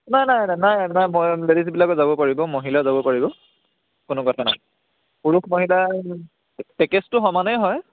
নাই নাই নাই নাই নাই লেডিজবিলাকে যাব পাৰিব মহিলাও যাব পাৰিব কোনো কথা নাই পুৰুষ মহিলাৰ পেকেজটো সমানেই হয়